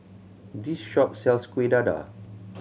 this shop sells Kueh Dadar